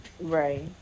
Right